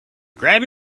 grab